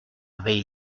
avait